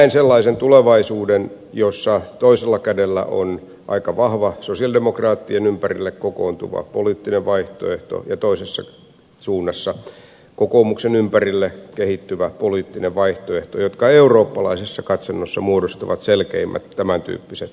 näen sellaisen tulevaisuuden jossa toisella kädellä on aika vahva sosialidemokraattien ympärille kokoontuva poliittinen vaihtoehto ja toisessa suunnassa kokoomuksen ympärille kehittyvä poliittinen vaihtoehto ja ne eurooppalaisessa katsannossa muodostavat selkeimmät tämäntyyppiset vaihtoehdot